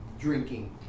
Drinking